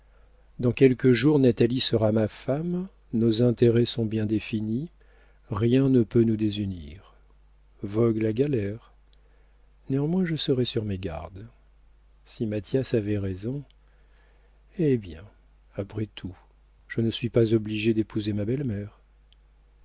dans quelques jours natalie sera ma femme nos intérêts sont bien définis rien ne peut nous désunir vogue la galère néanmoins je serai sur mes gardes si mathias avait raison eh bien après tout je ne suis pas obligé d'épouser ma belle-mère